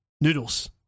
Noodles